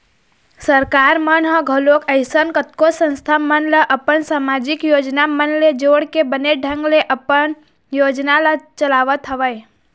सरकार मन ह घलोक अइसन कतको संस्था मन ल अपन समाजिक योजना मन ले जोड़के बने ढंग ले अपन योजना ल चलावत हवय